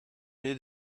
knew